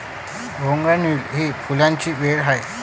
bougainvillea ही फुलांची वेल आहे